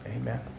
amen